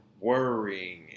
worrying